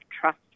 trust